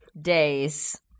days